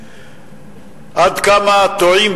עד כמה טועים,